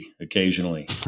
occasionally